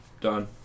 done